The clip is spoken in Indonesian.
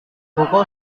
pukul